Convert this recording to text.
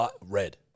red